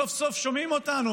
סוף-סוף שומעים אותנו,